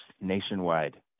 nationwide